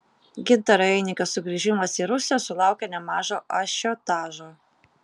gintaro einikio sugrįžimas į rusiją sulaukė nemažo ažiotažo